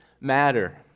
matter